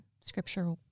scripture